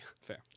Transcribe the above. Fair